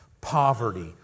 poverty